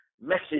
message